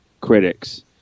critics